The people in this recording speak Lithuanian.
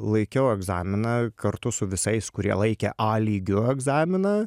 laikiau egzaminą kartu su visais kurie laikė a lygiu egzaminą